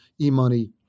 eMoney